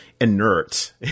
inert